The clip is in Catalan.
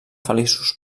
feliços